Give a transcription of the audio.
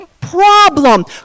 problem